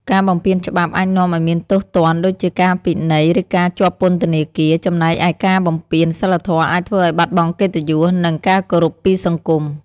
ការបំពានច្បាប់អាចនាំឲ្យមានទោសទណ្ឌដូចជាការពិន័យ ឬការជាប់ពន្ធនាគារ ចំណែកឯការបំពានសីលធម៌អាចធ្វើឲ្យបាត់បង់កិត្តិយស និងការគោរពពីសង្គម។